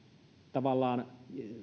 tavallaan